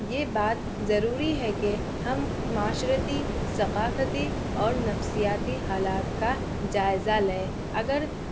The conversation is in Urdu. یہ بات ضروری ہے کہ ہم معاشرتی ثقافتی اور نفسیاتی حالات کا جائزہ لیں اگر